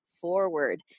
forward